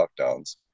lockdowns